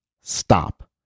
stop